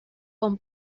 con